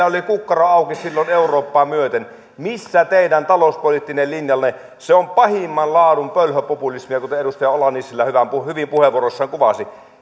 oli kukkaro auki silloin eurooppaa myöten missä teidän talouspoliittinen linjanne on se on pahimman laadun pölhöpopulismia kuten edustaja ala nissilä hyvin puheenvuorossaan kuvasi